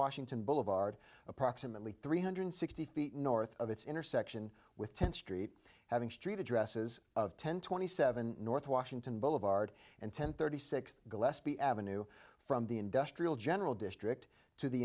washington boulevard approximately three hundred sixty feet north of its intersection with tenth street having street addresses of ten twenty seven north washington boulevard and ten thirty six gillespie avenue from the industrial general district to the